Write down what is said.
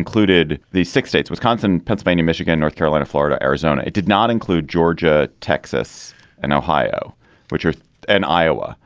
included these six states wisconsin pennsylvania michigan north carolina florida arizona it did not include georgia texas and ohio which are in iowa.